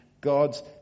God's